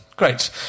Great